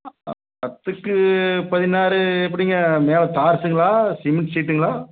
ஆ பத்துக்கு பதினாறு எப்படிங்க மேலே தார்ஸுங்களா சிமெண்ட் சீட்டுங்களா